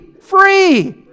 free